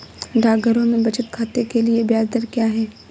डाकघरों में बचत खाते के लिए ब्याज दर क्या है?